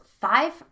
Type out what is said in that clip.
five